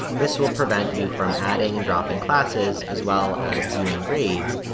this will prevent you from adding and dropping classes, as well as viewing grades,